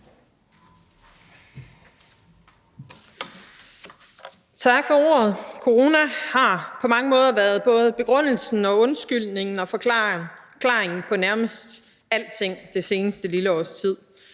Tak for ordet. Corona har på mange måder været både begrundelsen og undskyldningen og forklaringen på nærmest alting det seneste lille års tid,